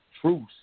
truths